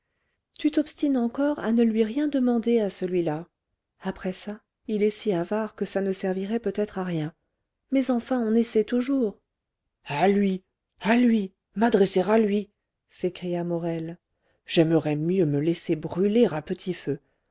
tu t'obstines encore à ne lui rien demander à celui-là après ça il est si avare que ça ne servirait peut-être à rien mais enfin on essaie toujours à lui à lui m'adresser à lui s'écria morel j'aimerais mieux me laisser brûler à petit feu